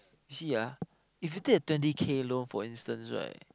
you see ah if you take a twenty K loan for instance right